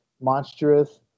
monstrous